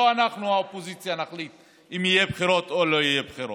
לא אנחנו האופוזיציה נחליט אם יהיו בחירות או לא יהיו בחירות.